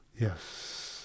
Yes